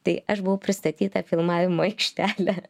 tai aš buvau pristatyta į filmavimo aikštelę